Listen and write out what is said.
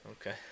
Okay